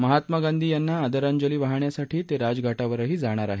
महात्मा गांधी यांना आदरांजली वाहण्यासाठी ते राजघाटावरही जाणार आहेत